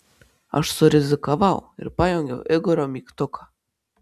aš surizikavau ir pajungiau igorio mygtuką